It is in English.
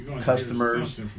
customers